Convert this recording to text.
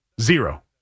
Zero